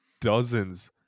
dozens